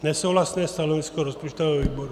Nesouhlasné stanovisko rozpočtového výboru.